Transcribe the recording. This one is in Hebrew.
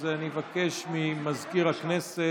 אז אני אבקש ממזכיר הכנסת